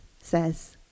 says